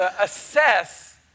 assess